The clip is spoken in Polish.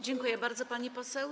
Dziękuję bardzo, pani poseł.